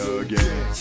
again